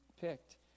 picked